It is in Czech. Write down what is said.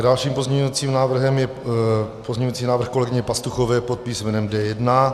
Dalším pozměňovacím návrhem je pozměňovací návrh kolegyně Pastuchové pod písmenem D1.